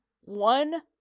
one